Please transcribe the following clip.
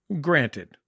granted